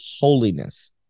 holiness